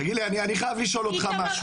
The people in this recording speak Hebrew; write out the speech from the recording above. תגיד לי, אני חייב לשאול אותך משהו.